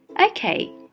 Okay